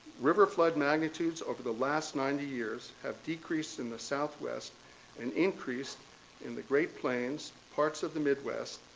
river flood magnitudes over the last ninety years have decreased in the southwest and increased in the great plains, parts of the midwest,